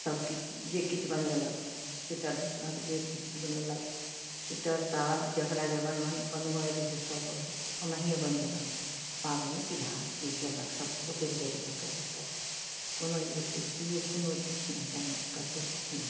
सबकिछु जे किछु बनेलक सोइटर बुनलक जे किछु बनेलक सोइटर साल जकरा जखन बोन बनबऽ अएलै सेसब ओही ओनहिए बनेलक पाबनि तेहार जे कएलक सब लोकेके देखि देखिके लोक कएलक कोनो यूट्यूब केओ कोनो किछु नहि चैनल कतहु किछु नहि